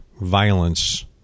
violence